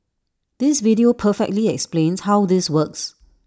this video perfectly explains how this works